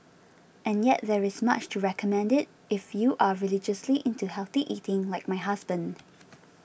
and yet there is much to recommend it if you are religiously into healthy eating like my husband